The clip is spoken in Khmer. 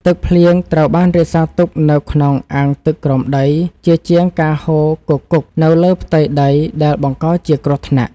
ទឹកភ្លៀងត្រូវបានរក្សាទុកនៅក្នុងអាងទឹកក្រោមដីជាជាងការហូរគគុកនៅលើផ្ទៃដីដែលបង្កជាគ្រោះថ្នាក់។ទឹកភ្លៀងត្រូវបានរក្សាទុកនៅក្នុងអាងទឹកក្រោមដីជាជាងការហូរគគុកនៅលើផ្ទៃដីដែលបង្កជាគ្រោះថ្នាក់។